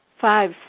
five